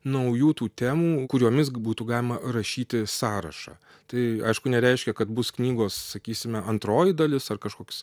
naujų tų temų kuriomis būtų galima rašyti sąrašą tai aišku nereiškia kad bus knygos sakysime antroji dalis ar kažkoks